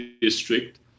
district